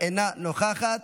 אינה נוכחת,